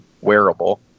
wearable